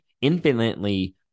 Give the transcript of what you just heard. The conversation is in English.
infinitely